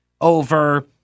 over